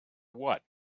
what